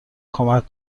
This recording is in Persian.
کمک